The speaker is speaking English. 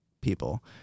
people